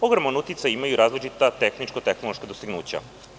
Ogroman uticaj imaju različita tehničko-tehnološka dostignuća.